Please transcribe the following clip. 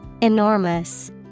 Enormous